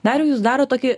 dariau jūs darot tokį